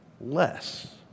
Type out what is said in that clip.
less